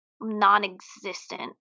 non-existent